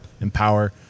empower